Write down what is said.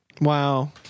Wow